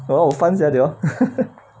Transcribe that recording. oh fun sia they all